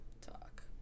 talk